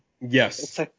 Yes